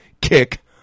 kick